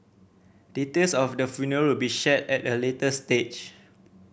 details of the funeral will be shared at a later stage